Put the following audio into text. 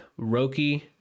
Roki